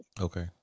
Okay